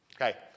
Okay